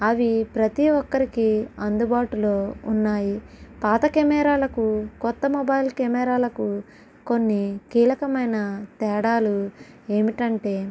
అవి ప్రతి ఒక్కరికి అందుబాటులో ఉన్నాయి పాత కెమెరాలకు కొత్త మొబైల్ కెమెరాలకు కొన్ని కీలకమైన తేడాలు ఏమిటంటే